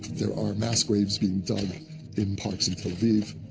there are mass graves being dug in parks in tel aviv,